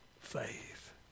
faith